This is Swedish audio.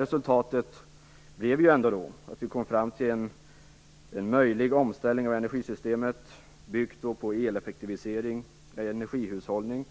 Resultatet blev att vi kom fram till en möjlig omställning av energisystemet, byggd på eleffektivisering och energihushållning.